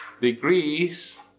degrees